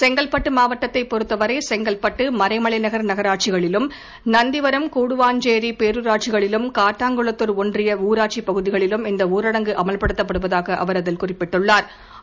செங்கல்பட்டு செங்கல்பட்டு மறைமலைநகர் நகராட்சிகளிலும் நந்திவரம் கூடுவாஞ்சேரி பேரூராட்சிகளிலும் காட்டாங்குளத்தூர் ஒன்றிய ஊராட்சி பகுதிகளிலும் இந்த ஊரடங்கு அமல்படுத்தப்படுவதாக அவா் அதில் குறிப்பிட்டுள்ளாா்